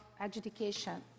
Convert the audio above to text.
adjudication